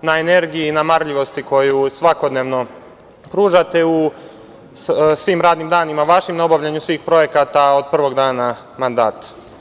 na energiji i na marljivosti koju svakodnevno pružate svim vašim radnim danima na obavljanju svih projekata od prvog dana mandata.